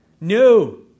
No